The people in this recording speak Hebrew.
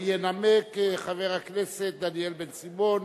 וינמק חבר הכנסת דניאל בן-סימון,